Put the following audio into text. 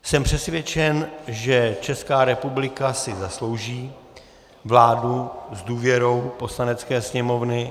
Jsem přesvědčen, že Česká republika si zaslouží vládu s důvěrou Poslanecké sněmovny.